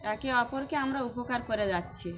একে অপরকে আমরা উপকার করে যাচ্ছি